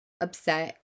upset